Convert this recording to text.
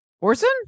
Orson